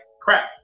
crap